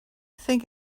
think